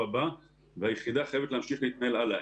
הבא והיחידה חייבת להמשיך להתנהל הלאה.